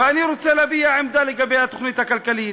ואני רוצה להביע עמדה לגבי התוכנית הכלכלית.